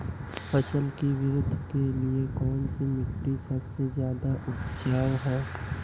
फसल की वृद्धि के लिए कौनसी मिट्टी सबसे ज्यादा उपजाऊ है?